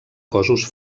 cossos